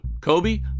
Kobe